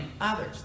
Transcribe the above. others